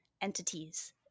entities